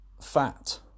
fat